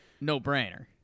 no-brainer